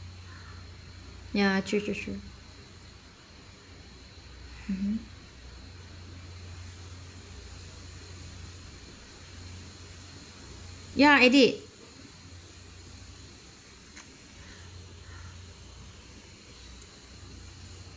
ya true true true mmhmm ya I did